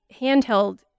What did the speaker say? handheld